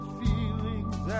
feelings